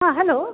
हां हॅलो